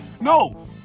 No